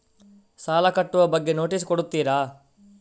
ಸಾಲ ಕಟ್ಟುವ ಬಗ್ಗೆ ನೋಟಿಸ್ ಕೊಡುತ್ತೀರ?